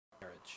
marriage